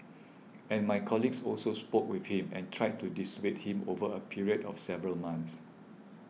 and my colleagues also spoke with him and tried to dissuade him over a period of several months